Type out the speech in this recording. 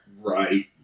Right